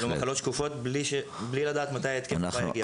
זה מחלקות שקופות, בלי לדעת מתי ההתקף הבא יגיע.